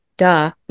Duh